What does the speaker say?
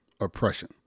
Oppression